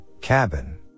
cabin